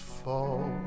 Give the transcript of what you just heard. fall